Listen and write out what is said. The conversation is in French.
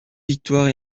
victoires